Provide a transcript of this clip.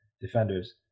defenders